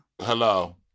Hello